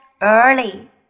early